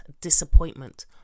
disappointment